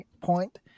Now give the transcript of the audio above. point